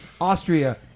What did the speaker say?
Austria